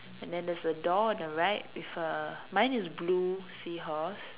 and then there's a door on the right with a mine is blue seahorse